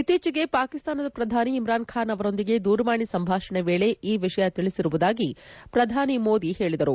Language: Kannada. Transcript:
ಇತ್ತೀಚೆಗೆ ಪಾಕಿಸ್ತಾನದ ಪ್ರಧಾನಿ ಇಮ್ರಾನ್ಖಾನ್ ಅವರೊಂದಿಗೆ ದೂರವಾಣಿ ಸಂಭಾಷಣೆಯ ವೇಳೆ ಈ ವಿಷಯ ತಿಳಿಸಿರುವುದಾಗಿ ಪ್ರಧಾನಿ ಮೋದಿ ಹೇಳಿದರು